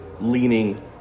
leaning